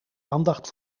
aandacht